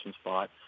spot